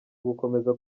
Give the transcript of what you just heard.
gukomeza